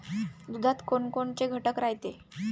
दुधात कोनकोनचे घटक रायते?